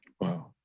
Wow